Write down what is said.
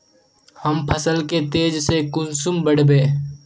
हम फसल के तेज से कुंसम बढ़बे?